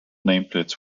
nameplates